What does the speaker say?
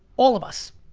all of us.